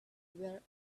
where